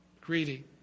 Greedy